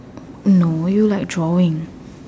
no you like drawing